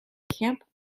camp